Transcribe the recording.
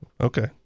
Okay